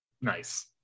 Nice